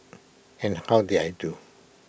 and how did I do